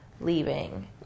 Leaving